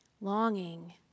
Longing